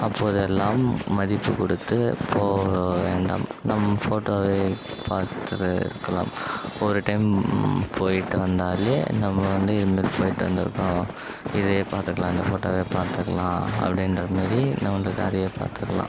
அப்போதெல்லாம் மதிப்பு கொடுத்து போக வேண்டாம் நாம் ஃபோட்டோவில் பார்த்து ர இருக்கலாம் ஒரு டைம் போய்ட்டு வந்தாலே நம்ம வந்து இது மாரி போய்ட்டு வந்திருக்கோம் இதையே பார்த்துக்கலாம் இந்த ஃபோட்டோவை பார்த்துக்கலாம் அப்படின்ற மாரி நம்ம வந்து அதையே பார்த்துக்கலாம்